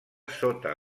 sota